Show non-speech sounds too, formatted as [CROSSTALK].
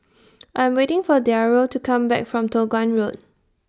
[NOISE] I Am waiting For Dario to Come Back from Toh Guan Road